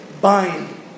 bind